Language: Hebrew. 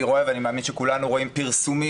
אני רואה ואני מאמין שכולנו רואים פרסומים